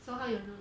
so how you lose